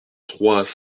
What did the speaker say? trois